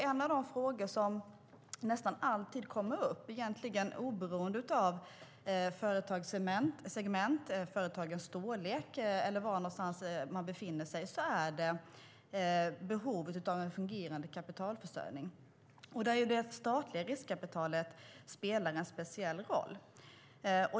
En av de frågor som nästan alltid kommer upp, egentligen oberoende av företagssegment, företagens storlek eller var någonstans de befinner sig, handlar om behovet av en fungerande kapitalförsörjning. Där spelar det statliga riskkapitalet en speciell roll.